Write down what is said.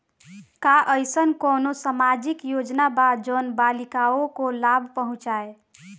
का अइसन कोनो सामाजिक योजना बा जोन बालिकाओं को लाभ पहुँचाए?